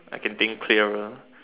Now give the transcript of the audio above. I can think clearer